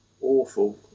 awful